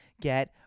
get